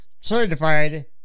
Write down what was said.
certified